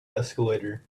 escalator